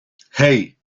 hey